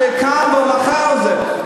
שקם ומחה על זה.